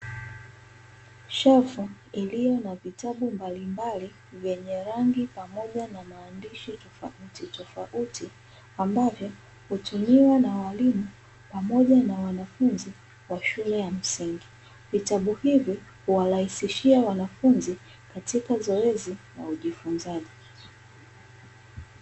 Shelfu iliyo na vitabu mbalimbali vyenye rangi pamoja na maandishi tofautitofauti, ambavyo hutumiwa na walimu pamoja na wanafunzi wa shule ya msingi. Vitabu hivi huwarahisishia wanafunzi katika zoezi la ujifunzaji.